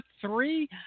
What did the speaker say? three